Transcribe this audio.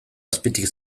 azpitik